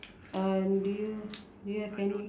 uh do you do you have any